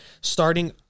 starting